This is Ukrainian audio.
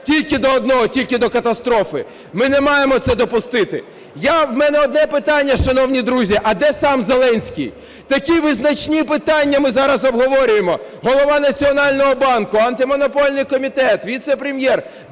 тільки до одного – тільки до катастрофи. Ми не маємо цього допустити. В мене одне питання, шановні друзі, а де сам Зеленський? Такі визначні питання ми зараз обговорюємо: Голова Національного банку, Антимонопольний комітет, віце-прем'єр.